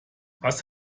was